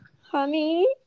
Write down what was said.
Honey